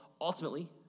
ultimately